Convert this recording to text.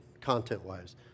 content-wise